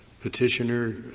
petitioner